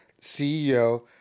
CEO